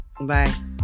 Bye